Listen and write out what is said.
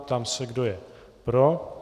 Ptám se, kdo je pro.